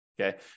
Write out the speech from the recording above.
okay